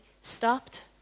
stopped